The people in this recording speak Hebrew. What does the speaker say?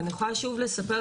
ואני יכולה שוב לספר,